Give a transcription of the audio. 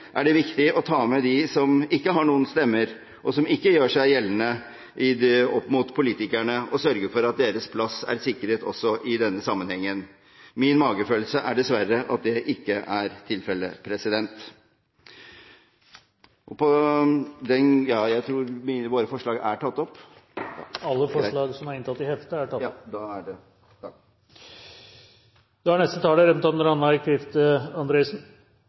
er det viktig å ta med dem som ikke har noen stemme, og som ikke gjør seg gjeldene opp mot politikerne, og sørge for at deres plass er sikret også i denne sammenheng. Min magefølelse er dessverre at det ikke er tilfellet. Først vil jeg takke saksordføreren, som på en god måte redegjorde for regjeringspartienes syn. Jeg ønsker også å knytte noen kommentarer til saken. Likestilling er en grunnleggende verdi og skal gjelde alle,